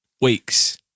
week's